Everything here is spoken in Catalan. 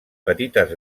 petites